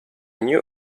new